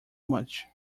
much